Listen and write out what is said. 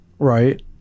Right